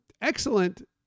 excellent